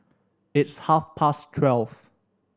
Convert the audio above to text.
its half past twelve